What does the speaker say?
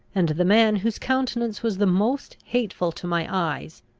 and the man whose countenance was the most hateful to my eyes,